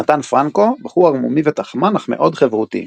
נתן פרנקו בחור ערמומי ותחמן אך מאוד חברותי.